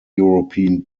european